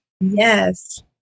Yes